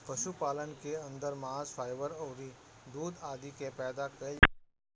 पशुपालन के अंदर मांस, फाइबर अउरी दूध आदि के पैदा कईल जाला